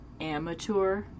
amateur